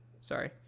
sorry